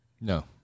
No